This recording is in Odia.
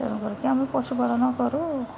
ତେଣୁ କରିକି ଆମେ ପଶୁପାଳନ କରୁ